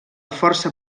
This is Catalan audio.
força